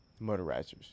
motorizers